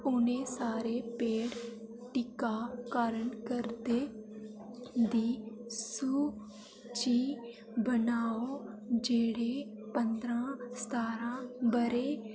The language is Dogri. उ'नें सारे पेड़ टीकाकरण करदे दी सूची बनाओ जेह्ड़े पंदरां सतारां ब'रे